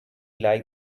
like